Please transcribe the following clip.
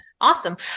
Awesome